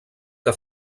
que